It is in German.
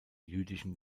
jüdischen